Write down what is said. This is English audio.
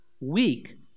weak